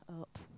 up